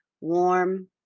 warm